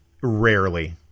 rarely